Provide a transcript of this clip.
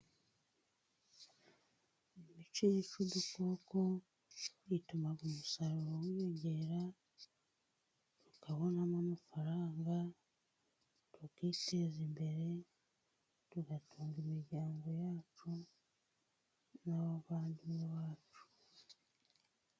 Imiti yica udukoko ituma umusaruro wiyongera, tukabonamo amafaranga tukiteza imbere, tugatunga imiryango yacu n'abavandimwe bacu.